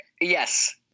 Yes